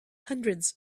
hundreds